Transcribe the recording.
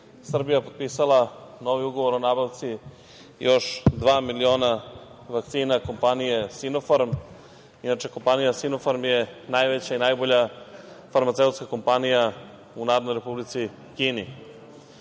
Srbija potpisala novi ugovor o nabavci još 2.000.000 vakcina kompanije „Sinofarm“.Inače, kompanija „Sinofarm“ je najveća i najbolja farmaceutska kompanija u Narodnoj Republici Kini